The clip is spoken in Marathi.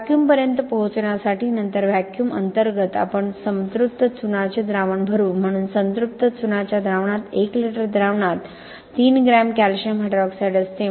व्हॅक्यूमपर्यंत पोहोचण्यासाठी नंतर व्हॅक्यूम अंतर्गत आपण संतृप्त चुनाचे द्रावण भरू म्हणून संतृप्त चुनाच्या द्रावणात 1 लिटर द्रावणात 3 ग्रॅम कॅल्शियम हायड्रॉक्साईड असते